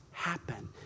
Happen